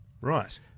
Right